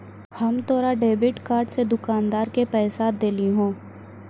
हम तोरा debit card से दुकानदार के पैसा देलिहों